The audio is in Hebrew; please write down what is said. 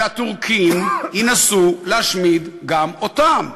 שהטורקים ינסו להשמיד גם אותם,